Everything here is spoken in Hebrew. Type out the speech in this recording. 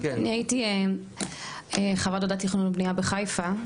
אני הייתי חברת הוועדה לתכנון ובנייה בחיפה,